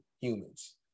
humans